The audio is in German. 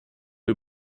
der